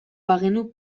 bagenu